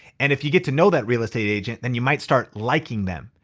and if you get to know that real estate agent, then you might start liking them.